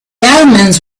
omens